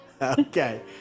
Okay